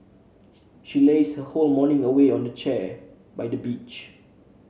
she lazed her whole morning away on a deck chair by the beach